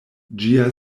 ĝia